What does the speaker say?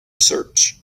search